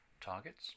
targets